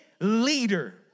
leader